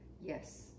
Yes